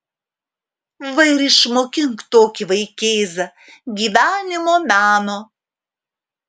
va ir išmokink tokį vaikėzą gyvenimo meno